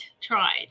tried